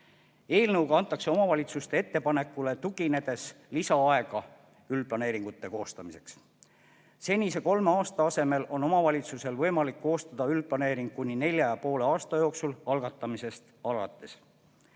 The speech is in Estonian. Eelnõuga antakse omavalitsuste ettepanekule tuginedes lisaaega üldplaneeringute koostamiseks. Senise kolme aasta asemel on omavalitsusel võimalik koostada üldplaneering kuni nelja ja poole aasta jooksul algatamisest alates.